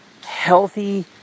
healthy